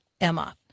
Emma